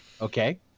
okay